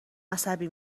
عصبی